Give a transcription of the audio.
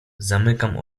zamykam